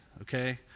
okay